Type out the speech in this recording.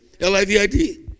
L-I-V-I-D